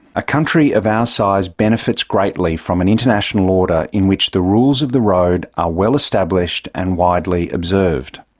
a country of our size benefits greatly from an international order in which the rules of the road are well established and widely observed.